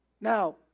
Now